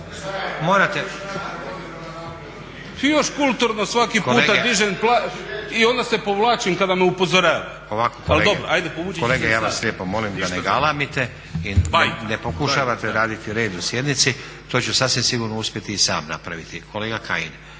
dobro, ajde povući ću se i sad. **Stazić, Nenad (SDP)** Kolege, ja vas lijepo molim da ne galamite i ne pokušavate raditi red na sjednici. To ću sasvim sigurno uspjeti i sam napraviti. Kolega Kajin,